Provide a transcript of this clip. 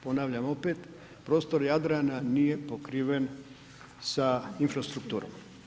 Ponavljam opet prostor Jadrana nije pokriven sa infrastrukturom.